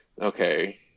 Okay